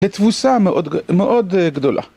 תבוסה מאוד גדולה.